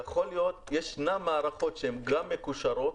וישנן מערכות שהן גם מקושרות,